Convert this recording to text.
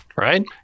right